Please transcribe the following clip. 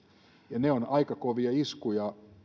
ja ne ovat aika kovia iskuja